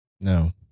No